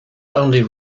only